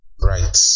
right